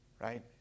right